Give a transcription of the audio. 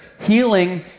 Healing